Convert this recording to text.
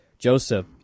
Joseph